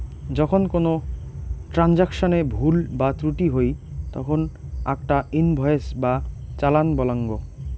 যখন কোনো ট্রান্সাকশনে ভুল বা ত্রুটি হই তখন আকটা ইনভয়েস বা চালান বলাঙ্গ